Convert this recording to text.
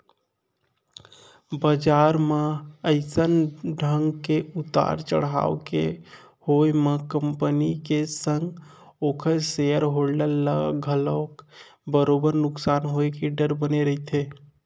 बजार म अइसन ढंग के उतार चड़हाव के होय म कंपनी के संग ओखर सेयर होल्डर ल घलोक बरोबर नुकसानी होय के डर बने रहिथे